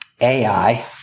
AI